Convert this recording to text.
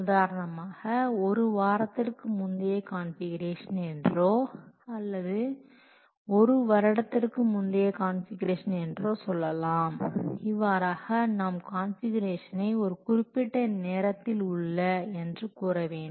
உதாரணமாக ஒரு வாரத்திற்கு முந்தைய கான்ஃபிகுரேஷன் என்றோ அல்லது ஒரு வருடத்திற்கு முந்தைய கான்ஃபிகுரேஷன் என்றோ சொல்லலாம் இவ்வாறாக நாம் கான்ஃபிகுரேஷனை ஒரு குறிப்பிட்ட நேரத்தில் உள்ள என்று கூற வேண்டும்